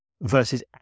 versus